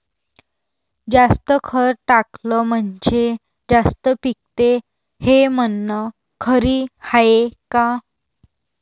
जास्त खत टाकलं म्हनजे जास्त पिकते हे म्हन खरी हाये का?